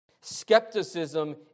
Skepticism